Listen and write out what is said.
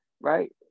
right